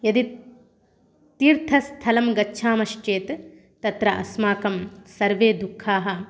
यदित् तीर्थस्थलं गच्छामश्चेत् तत्र अस्माकं सर्वे दुःखाः